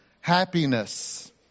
happiness